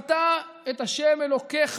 "וזכרת את ה' אלוקיך,